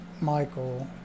Michael